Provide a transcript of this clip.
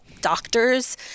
doctors